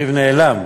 יריב נעלם,